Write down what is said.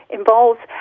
involves